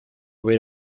wait